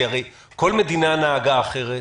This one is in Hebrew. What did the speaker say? הרי כל מדינה נהגה אחרת,